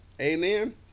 Amen